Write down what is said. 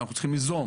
אנחנו צריכים ליזום.